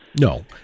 No